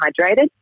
hydrated